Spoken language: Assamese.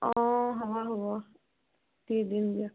অঁ হ'ব হ'ব দি দিম দিয়ক